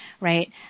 right